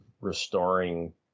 restoring